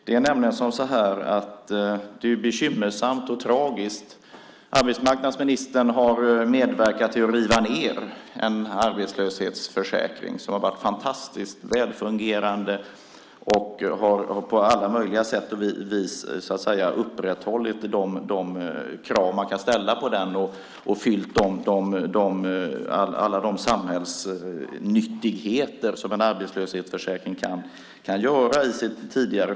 Det hela är både bekymmersamt och tragiskt. Arbetsmarknadsministern har medverkat till att riva ned en arbetslöshetsförsäkring som har varit fantastiskt välfungerande och som på alla möjliga sätt har upprätthållit de krav som kan ställas på den och uppfyllt allt det som en arbetslöshetsförsäkring kan göra när det gäller samhällsnyttigheter.